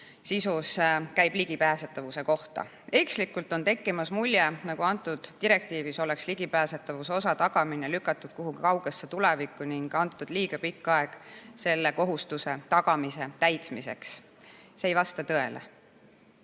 sisus käib ligipääsetavuse kohta. Ekslikult on tekkimas mulje, nagu oleks selles direktiivis ligipääsetavuse osa tagamine lükatud kuhugi kaugesse tulevikku ning antud liiga pikk aeg selle kohustuse tagamise täitmiseks. See ei vasta tõele.